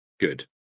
Good